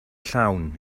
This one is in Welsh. llawn